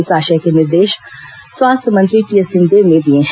इस आशय के निर्देश स्वास्थ्य मंत्री टीएस सिंहदेव ने दिए हैं